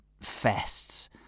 fests